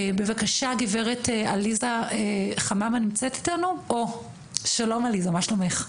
בבקשה, גברת עליזה חממה, שלום עליזה, מה שלומך?